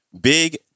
Big